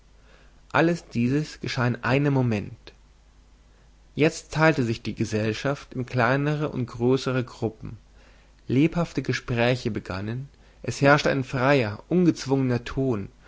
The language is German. alles dieses geschah in einem moment jetzt teilte sich die gesellschaft in kleinere und größere gruppen lebhafte gespräche begannen es herrschte ein freier ungezwungener ton